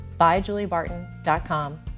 byjuliebarton.com